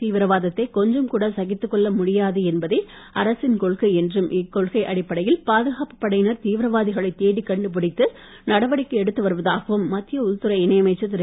தீவிரவாதத்தை கொஞ்சம் கூடி சகித்து கொள்ள முடியாது என்பதே அரசின் கொள்கை இக்கொள்கை அடிப்படையில் பாதுகாப்புப் படையினர் என்றும் தீவிரவாதிகளை தேடிக் கண்டுபிடித்து நடவடிக்கை எடுத்து வருவதாகவும் மத்திய உள்துறை இணையமைச்சர் திரு